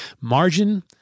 margin